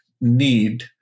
need